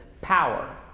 power